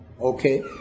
Okay